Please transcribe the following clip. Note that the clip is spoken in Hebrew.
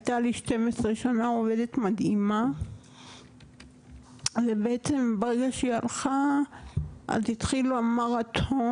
הייתה לי 12 שנים עובדת מדהימה ובעצם ברגע שהיא הלכה אז התחיל המרתון,